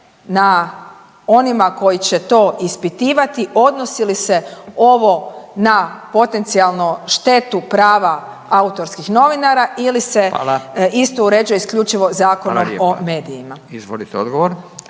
na onima koji će to ispitivati odnosi li se ovo na potencijalno štetu prava autorskih novinara ili se isto uređuje isključivo Zakonom o medijima.